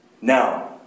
Now